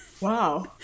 wow